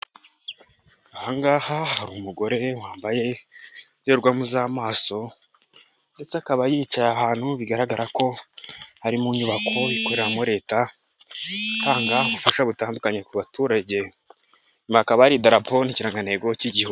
Ahangaha hari umugore wambaye indorerwamo z'amaso ndetse akaba yicaye ahantu bigaragara ko hari mu nyubako ikoreramo leta itanga ubufasha butandukanye ku baturage inyuma hakaba hari idarapo n'ikirangantego cy'igihugu.